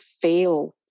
feel